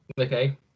okay